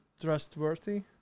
trustworthy